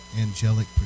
angelic